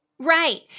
Right